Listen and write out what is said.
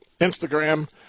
Instagram